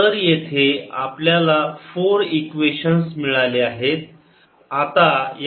तर येथे आपल्याला 4 इक्वेशन्स मिळाले आहेत